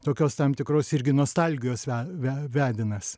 tokios tam tikros irgi nostalgijos ve vedinas